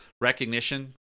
recognition